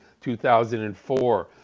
2004